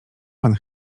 pan